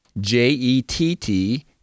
J-E-T-T